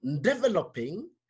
developing